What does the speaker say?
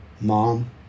Mom